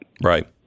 Right